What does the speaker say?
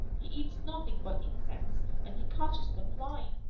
he eats nothing but insects, and he catches them flying.